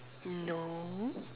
no